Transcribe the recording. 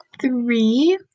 three